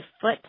foot